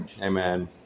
Amen